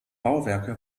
bauwerke